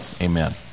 amen